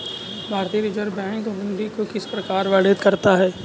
भारतीय Reserve Bank हुंडी को किस प्रकार वर्णित करता है?